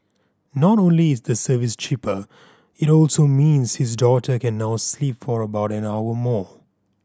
not only is the service cheaper it also means his daughter can now sleep for about an hour more